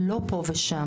לא פה ושם,